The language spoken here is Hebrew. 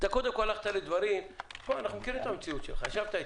אנחנו מכירים את המציאות שלך, ישבת אצלי,